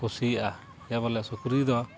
ᱠᱩᱥᱤᱭᱟᱜᱼᱟ ᱡᱮ ᱵᱚᱞᱮ ᱥᱩᱠᱨᱤ ᱫᱚ